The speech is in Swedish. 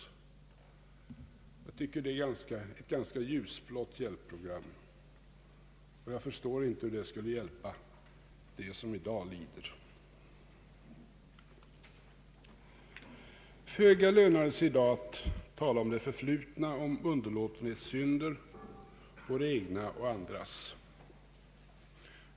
Jag tycker det är ett ganska ljusblått hjälpprogram, och jag förstår inte hur det skulle hjälpa dem som i dag lider. Föga lönar det sig i dag att tala om det förflutna, om våra egna och andras underlåtenhetssynder.